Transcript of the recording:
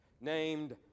named